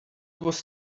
was